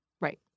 Right